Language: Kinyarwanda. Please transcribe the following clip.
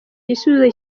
igisubizo